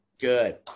good